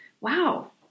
wow